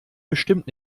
bestimmt